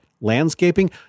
landscaping